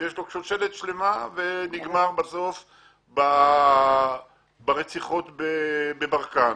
שנגמר בסוף ברציחות בברקן.